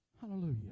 Hallelujah